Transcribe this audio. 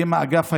אתם האגף הימני,